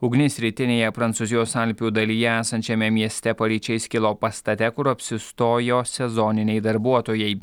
ugnis rytinėje prancūzijos alpių dalyje esančiame mieste paryčiais kilo pastate kur apsistojo sezoniniai darbuotojai